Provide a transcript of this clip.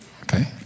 Okay